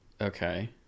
Okay